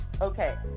Okay